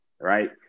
right